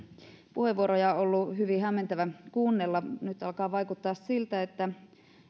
puheenvuoroja on ollut hyvin hämmentävää kuunnella nyt alkaa vaikuttaa siltä